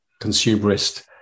consumerist